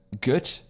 good